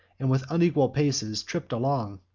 and with unequal paces tripp'd along.